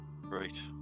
Right